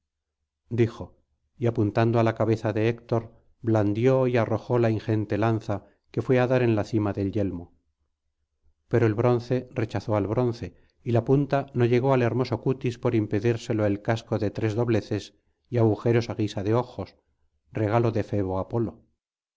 dijo y apuntando á la cabeza de héctor blandió y arrojó la ingente lanza que fué á dar en la cima del yelmo pero el bronce rechazó al bronce y la punta no llegó al hermoso cutis por impedírselo el casco de tres dobleces y agujeros á guisa de ojos regalo de febo apolo